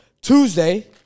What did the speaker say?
Tuesday